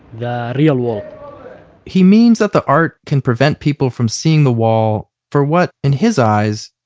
the real wall he means that the art can prevent people from seeing the wall for what, in his eyes,